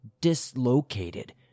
dislocated